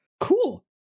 cool